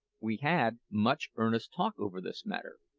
we had much earnest talk over this matter.